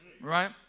right